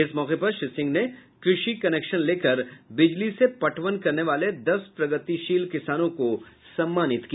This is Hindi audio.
इस मौके पर श्री सिंह ने कृषि कनेक्शन लेकर बिजली से पटवन करने वाले दस प्रगतिशील किसानों को सम्मानित किया